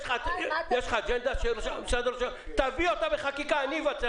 אם יש למשרד הממשלה אג'נדה אז שיביא אותה בחקיקה ואני אבצע